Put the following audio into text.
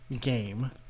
game